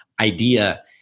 idea